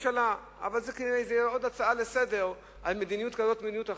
אבל כשזאת עוד הצעה לסדר-היום על מדיניות כזאת או על מדיניות אחרת,